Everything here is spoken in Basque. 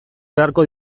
beharko